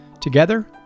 Together